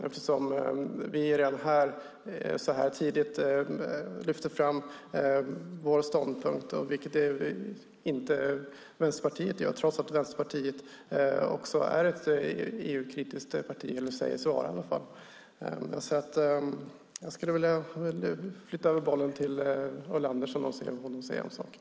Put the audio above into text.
Vi lyfte redan tidigt fram vår ståndpunkt här, vilket inte Vänsterpartiet gör trots att de också säger sig vara ett EU-kritiskt parti. Jag skulle vilja flytta bollen till Ulla Andersson och se vad hon säger om saken.